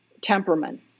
temperament